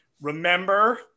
Remember